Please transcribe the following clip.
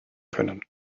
können